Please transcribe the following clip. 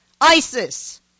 ISIS